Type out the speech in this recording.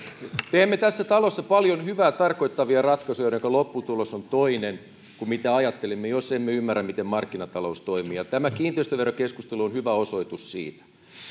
teemme tässä talossa paljon hyvää tarkoittavia ratkaisuja joidenka lopputulos on toinen kuin ajattelimme jos emme ymmärrä miten markkinatalous toimii tämä kiinteistöverokeskustelu on hyvä osoitus siitä